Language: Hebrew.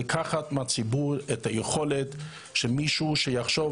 זה לקחת מהציבור את היכולת של מישהו לחשוב